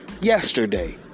yesterday